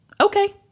Okay